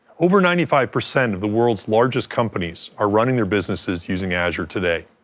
over ninety five percent of the world's largest companies are running their businesses using azure today,